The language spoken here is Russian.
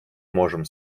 можем